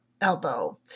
elbow